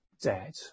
dead